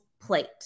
plate